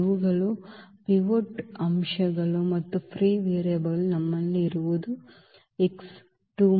ಇವುಗಳು ಪಿವೋಟ್ ಅಂಶಗಳು ಮತ್ತು ಫ್ರೀವೇರಿಯೇಬಲ್ ನಮ್ಮಲ್ಲಿ ಇರುವುದು x 2 ಮಾತ್ರ